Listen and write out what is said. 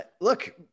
Look